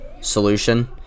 solution